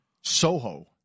Soho